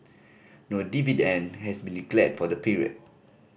no dividend and has been declared for the period